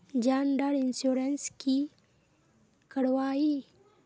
जान डार इंश्योरेंस की करवा ई?